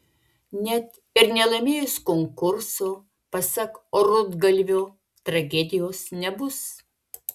net ir nelaimėjus konkurso pasak rudgalvio tragedijos nebus